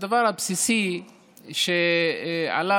הדבר הבסיסי שעליו